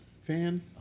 fan